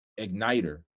igniter